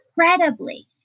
incredibly